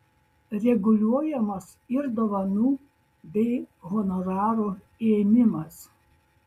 reguliuojamas ir dovanų bei honorarų ėmimas